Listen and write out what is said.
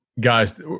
guys